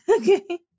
Okay